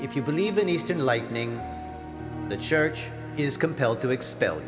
if you believe in eastern lightning the church is compelled to expel